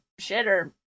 Shitter